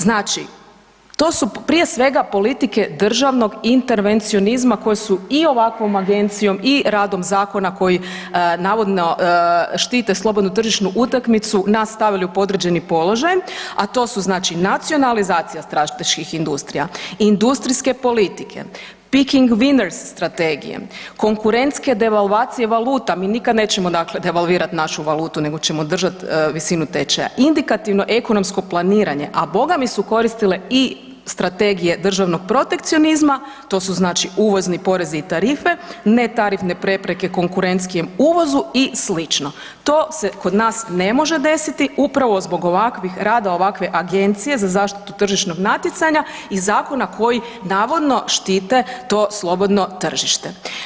Znači, to su prije svega politike državnog intervencionizma koji su i ovakvom Agencijom i radom zakona koji navodno štite slobodnu tržišnu utakmicu nas stavili u podređeni položaj, a to su znači, nacionalizacija strateških industrija, industrijske politike, „picking winers“ strategije, konkurentske devalvacije valuta, mi nikad nećemo dakle devalvirat našu valutu nego ćemo držati visinu tečaja, indikativno ekonomsko planiranje, a Boga mi, su koristile i strategije državnog protekcionizma, to su znači uvozni porezi i tarife, netarifne prepreke konkurentskijem uvozu i sl. to se kod nas ne može desiti upravo zbog ovakvih rada ovakvih agencije za zaštitu tržišnog natjecanja i zakona koji navodno štite to slobodno tržište.